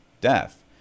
death